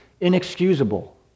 inexcusable